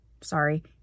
sorry